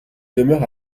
demeure